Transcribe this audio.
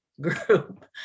group